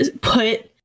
put